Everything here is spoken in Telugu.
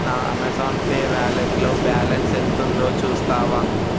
నా అమెజాన్ పే వ్యాలెట్లో బ్యాలన్స్ ఎంత ఉందో చూస్తావా